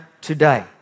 today